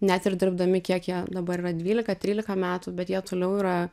net ir dirbdami kiek jie dabar yra dvylika trylika metų bet jie toliau yra